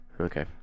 Okay